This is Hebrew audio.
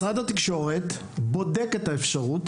משרד התקשורת בודק את האפשרות,